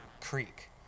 creek